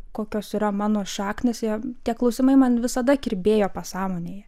kokios yra mano šaknys jo tie klausimai man visada kirbėjo pasąmonėje